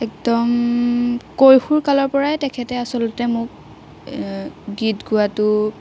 একদম কৈশোৰ কালৰ পৰাই আচলতে তেখেতে মোক গীত গোৱাটো